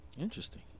Interesting